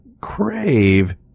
crave